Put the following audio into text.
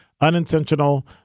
unintentional